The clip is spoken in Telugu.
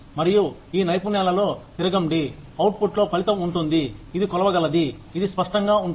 మరియు ఈ నైపుణ్యాలలో తిరగండి అవుట్పుట్లో ఫలితం ఉంటుంది ఇది కొలవగలది ఇది స్పష్టంగా ఉంటుంది